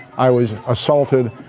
i was assaulted.